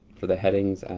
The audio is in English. for the headings